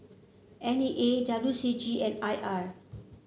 N E A W C G and I R